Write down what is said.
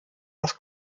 das